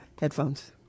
headphones